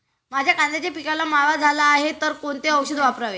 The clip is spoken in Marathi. माझ्या कांद्याच्या पिकाला मावा झाला आहे तर कोणते औषध वापरावे?